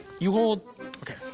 you hold okay,